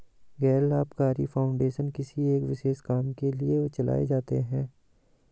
गैर लाभकारी फाउंडेशन किसी एक विशेष काम के लिए चलाए जाते हैं